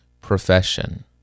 profession